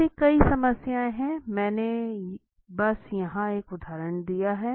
ऐसी कई कई समस्याएं हैं मैंने बस यहाँ एक उदहारण दिया है